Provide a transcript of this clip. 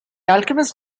alchemist